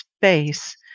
space